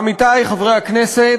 עמיתי חברי הכנסת,